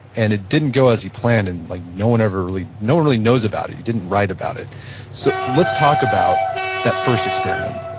and it didn't go as he planned and like no one ever really, no one really knows about it. he didn't write about it so let's talk about that first experiment.